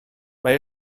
mae